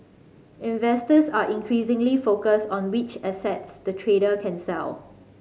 investors are increasingly focused on which assets the trader can sell